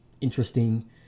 interesting